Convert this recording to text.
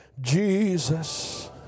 Jesus